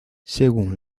según